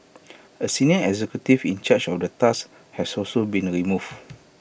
A senior executive in charge of the task has also been removed